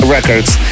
Records